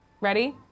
Ready